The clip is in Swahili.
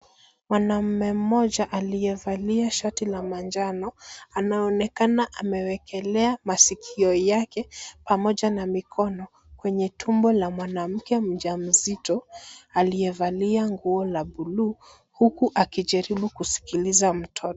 Mwanamume mmoja aliyevalia shati la manjano anaonekana amewekelea masikio yake pamoja na mikono kwenye tumbo la mwanamke mjamzito aliyevalia nguo la buluu huku akijaribu kuskiliza mtoto.